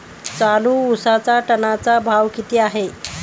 चालू उसाचा टनाचा भाव किती आहे?